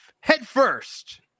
headfirst